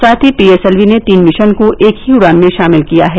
साथ ही पीएसएलवी ने तीन मिशन को एक ही उड़ान में शामिल किया है